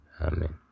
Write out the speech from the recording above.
Amen